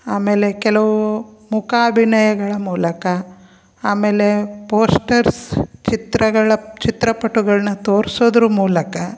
ಆಮೇಲೆ ಕೆಲವು ಮೂಕಾಭಿನಯಗಳ ಮೂಲಕ ಆಮೇಲೆ ಪೋಸ್ಟರ್ಸ್ ಚಿತ್ರಗಳ ಚಿತ್ರಪಟಗಳ್ನ ತೋರ್ಸೋದ್ರ ಮೂಲಕ